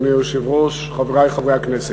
אדוני היושב-ראש, תודה, חברי חברי הכנסת,